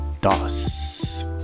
DOS